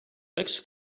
legs